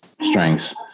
strengths